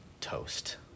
toast